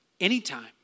Anytime